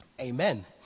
Amen